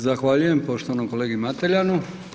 Zahvaljujem poštovanom kolegi Mateljanu.